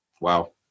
Wow